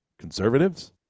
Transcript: Conservatives